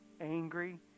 angry